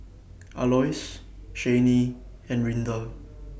Aloys Chanie and Rinda